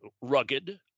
rugged